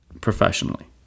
professionally